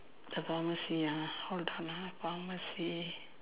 the pharmacy ah hold on ah pharmacy